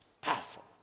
powerful